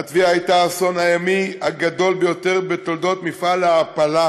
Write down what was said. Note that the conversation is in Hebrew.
הטביעה הייתה האסון הימי הגדול ביותר בתולדות מפעל ההעפלה